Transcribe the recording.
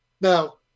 Now